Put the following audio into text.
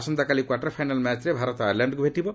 ଆସନ୍ତାକାଲି quarter final ମ୍ୟାଚ୍ରେ ଭାରତ ଆୟାର୍ଲ୍ୟାଣ୍ଡକୁ ଭେଟିବ